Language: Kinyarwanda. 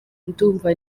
ndumva